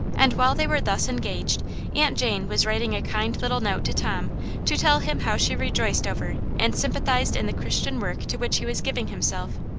and while they were thus engaged aunt jane was writing a kind little note to tom to tell him how she rejoiced over and sympathized in the christian work to which he was giving himself.